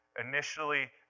initially